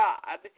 God